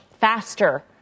faster